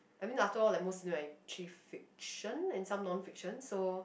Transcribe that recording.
I mean after all like most of them are actually fiction and some non fiction so